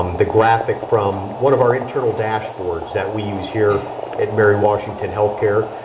um the graphic from one of our internal dashboards that we use here at mary washington healthcare.